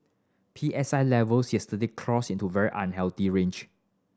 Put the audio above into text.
P S I levels yesterday crossed into very unhealthy range